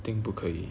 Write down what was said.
顶不可以